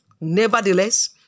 Nevertheless